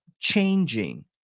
changing